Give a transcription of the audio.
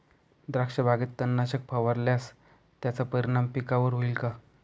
द्राक्षबागेत तणनाशक फवारल्यास त्याचा परिणाम पिकावर होईल का?